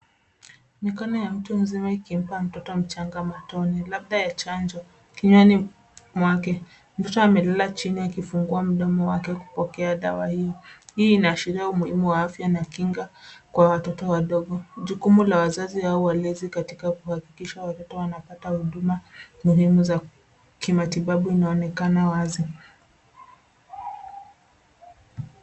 Mikono ya mtu mzima ikimpa mtoto mchanga matone, labda ya chanjo, kinywani mwake. Mtoto amelala chini akifungua mdomo wake kupokea dawa hii. Hii inaashiria umuhimu wa afya na kinga kwa watoto wadogo. Jukumu la wazazi au walezi katika kuhakikisha watoto wanapata huduma muhimu za kimatibabu inaonekana wazi.